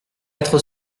quatre